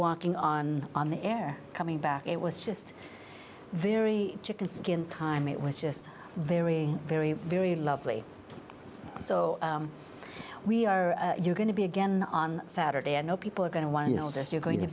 walking on on the air coming back it was just very chicken skin time it was just very very very lovely so we are going to be again on saturday i know people are going to want to know this you're going to